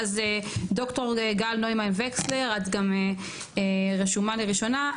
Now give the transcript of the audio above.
ד"ר גל נוימן וקסלר את גם רשומה לי ראשונה,